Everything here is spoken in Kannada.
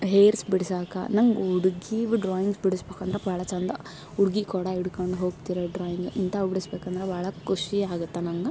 ಹೇರ್ಸ್ ಬಿಡ್ಸಾಕ ನಂಗೆ ಹುಡುಗಿದ ಡ್ರಾಯಿಂಗ್ ಬಿಡ್ಸ್ಬೇಕಂದ್ರ ಭಾಳ ಚಂದ ಹುಡ್ಗಿ ಕೊಡ ಇಡ್ಕೊಂಡು ಹೋಗ್ತಿರೋ ಡ್ರಾಯಿಂಗ್ ಇಂತವು ಬಿಡಿಸ್ಬೇಕಂದ್ರ ಭಾಳ ಖುಷಿಯಾಗುತ್ತ ನನ್ಗೆ